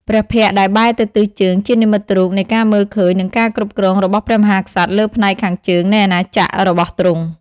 ព្រះភ័ក្ត្រដែលបែរទៅទិសជើងជានិមិត្តរូបនៃការមើលឃើញនិងការគ្រប់គ្រងរបស់ព្រះមហាក្សត្រលើផ្នែកខាងជើងនៃអាណាចក្ររបស់ទ្រង់។